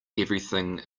everything